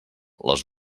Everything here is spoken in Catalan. les